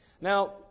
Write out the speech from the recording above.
Now